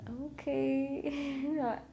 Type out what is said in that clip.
Okay